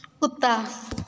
ਕੁੱਤਾ